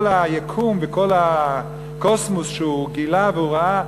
היקום וכל הקוסמוס שהוא גילה והוא ראה,